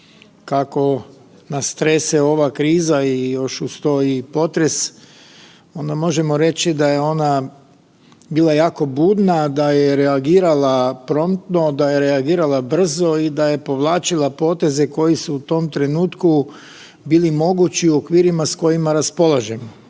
kako nas trese ova kriza i još uz to i potres onda možemo reći da je ona bila jako budna, da je reagirala promptno, da je reagirala brzo i da je povlačila poteze koji su u tom trenutku bili mogući u okvirima s kojima raspolažemo.